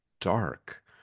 dark